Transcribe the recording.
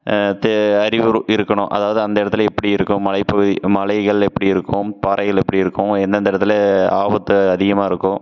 தெ அறிவு இருக்கணும் அதாவது அந்த இடத்துல எப்படி இருக்கும் மலை பகுதி மலைகள் எப்படி இருக்கும் பாறைகள் எப்படி இருக்கும் எந்தெந்த இடத்துல ஆபத்து அதிகமாக இருக்கும்